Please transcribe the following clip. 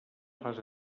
fase